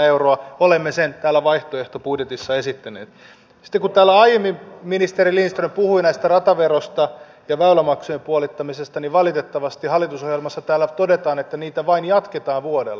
sitten kun täällä aiemmin ministeri lindström puhui rataverosta ja väylämaksujen puolittamisesta niin valitettavasti täällä hallitusohjelmassa todetaan että niitä jatketaan vain vuodella